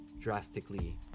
drastically